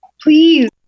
Please